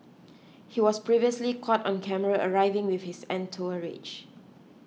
he was previously caught on camera arriving with his entourage